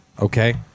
okay